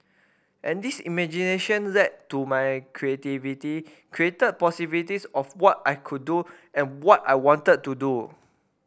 and this imagination led to my creativity created possibilities of what I could do and what I wanted to do